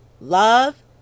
love